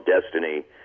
destiny